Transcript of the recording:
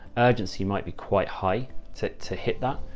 urgency might be quite high to hit to hit that.